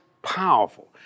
powerful